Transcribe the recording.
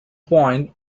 point